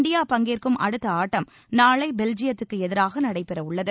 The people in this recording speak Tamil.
இந்தியா பங்கேற்கும் அடுத்த ஆட்டம் நாளை பெல்ஜியத்துக்கு எதிராக நடைபெறவுள்ளது